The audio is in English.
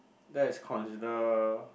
that is consider